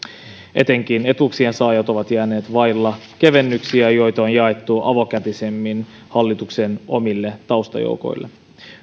etenkin etuuksien saajat ovat jääneet vaille kevennyksiä joita on jaettu avokätisemmin hallituksen omille taustajoukoille